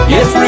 Yes